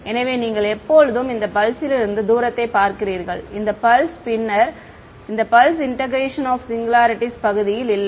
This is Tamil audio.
எனவே நீங்கள் எப்போதும் இந்த பல்ஸிலிருந்து தூரத்தைப் பார்க்கிறீர்கள் இந்த பல்ஸ் பின்னர் இந்த பல்ஸ் இது இன்டெக்ரேஷன் ஆப் சிங்குலாரிட்டிஸ் ன் பகுதி இல்லை